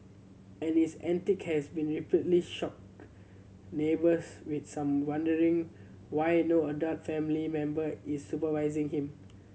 and his antics have repeatedly shocked neighbours with some wondering why no adult family member is supervising him